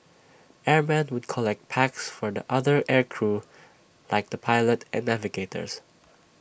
airmen would collect packs for the other air crew like the pilot and navigators